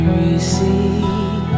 receive